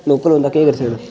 local बंदा केह् करी सकदा